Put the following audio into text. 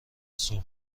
صبح